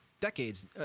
decades